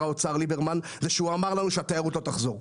האוצר ליברמן זה שהוא אמר לנו שהתיירות לא תחזור.